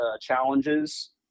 challenges